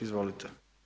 Izvolite.